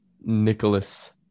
Nicholas